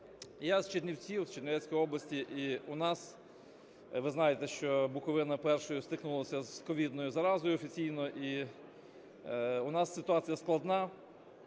Я з Чернівців, з Чернівецької області, і у нас, ви знаєте, що Буковина першою стикнулася з ковідною заразою офіційно, і у нас ситуація складна.